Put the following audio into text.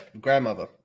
grandmother